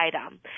item